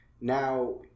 Now